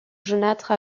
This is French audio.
jaunâtre